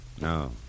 No